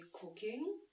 cooking